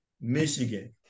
Michigan